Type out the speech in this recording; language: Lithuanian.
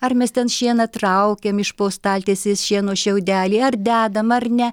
ar mes ten šieną traukiam iš po staltiesės šieno šiaudelį ar dedam ar ne